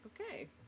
okay